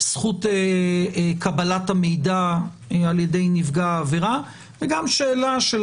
זכות קבלת המידע על-ידי נפגע העבירה וגם שאלה של